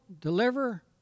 deliver